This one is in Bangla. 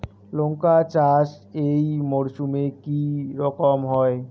লঙ্কা চাষ এই মরসুমে কি রকম হয়?